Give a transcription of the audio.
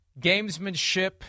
gamesmanship –